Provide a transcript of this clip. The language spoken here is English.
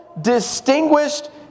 distinguished